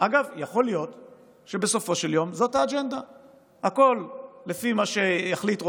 להעביר אתם שוברים כל כלל אפשרי של מדינה דמוקרטית עם הפרדת